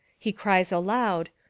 he cries aloud,